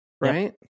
right